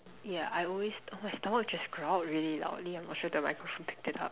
yeah I always oh my stomach just growled really loudly I'm sure the microphone picked it up